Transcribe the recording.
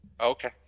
Okay